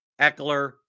Eckler